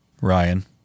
Ryan